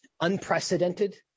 unprecedented